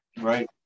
Right